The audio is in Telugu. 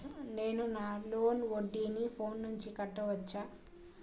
నేను నా లోన్ వడ్డీని ఫోన్ నుంచి కట్టవచ్చా?